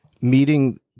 meeting –